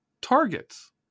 targets